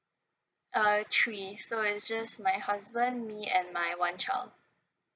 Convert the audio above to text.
uh three so it's just my husband me and my one child